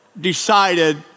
decided